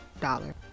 dollar